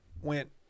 went